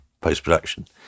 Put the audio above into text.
post-production